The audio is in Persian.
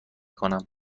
کنم